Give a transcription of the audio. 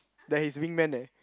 there his wing man leh